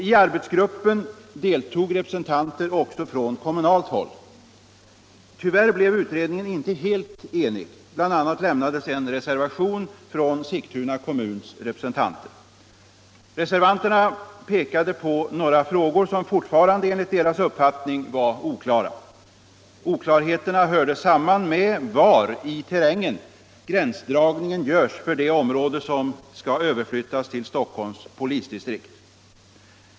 I arbetsgruppen deltog representanter också från kommunalt håll. Tyvärr blev utredningen inte helt enig. Bl. a. lämnades en reservation från Sigtuna kommuns representanter. Reservanterna visade på några frågor som enligt deras uppfattning fortfarande var oklara. Oklarheten hörde samman med var i terrängen gränsdragningen görs för det område som skall överflyttas till Stockholms polisdistrikt.